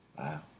wow